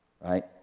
right